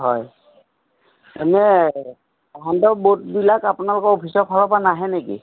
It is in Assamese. হয় এনেই ব'ৰ্ডবিলাক আপোনালোকৰ অফিচৰ ফালৰপৰা নাহে নেকি